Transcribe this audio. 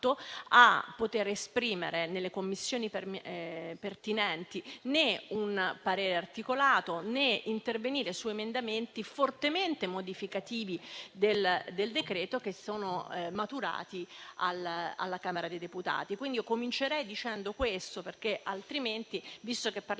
ad esprimere nelle Commissioni pertinenti un parere articolato né ad intervenire sugli emendamenti fortemente modificativi del testo che sono maturati alla Camera dei deputati. Comincerei dicendo questo, visto che parliamo